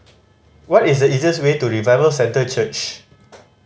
what is the easiest way to Revival Centre Church